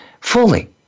fully